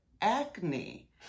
acne